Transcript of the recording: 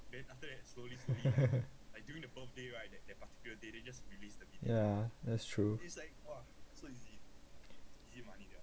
ya that's true